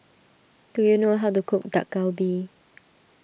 do you know how to cook Dak Galbi